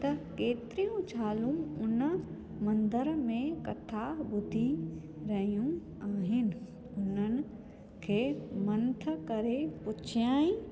त केतिरियूं ज़ालूं हुन मंदर में कथा ॿुधी रहियूं आहिनि उन्हनि खे मंथ करे पुछियाई